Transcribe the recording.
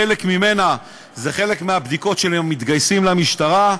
חלק ממנה זה חלק מהבדיקות של מתגייסים למשטרה,